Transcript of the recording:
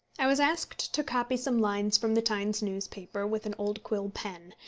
i was asked to copy some lines from the times newspaper with an old quill pen,